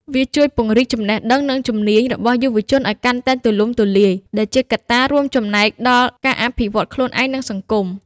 វាជួយ ពង្រីកចំណេះដឹង និងជំនាញ របស់យុវជនឱ្យកាន់តែទូលំទូលាយ ដែលជាកត្តារួមចំណែកដល់ការអភិវឌ្ឍន៍ខ្លួនឯង និងសង្គម។